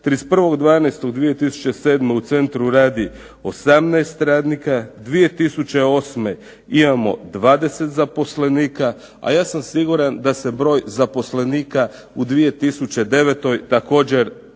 31.12.2007. u centru radu 18 radnika, 2008. imamo 20 zaposlenika, a ja sam siguran da se broj zaposlenika u 2009. također povećao.